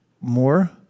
More